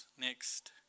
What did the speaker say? next